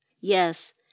Yes